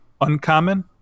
uncommon